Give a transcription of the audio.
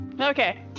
okay